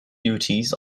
duties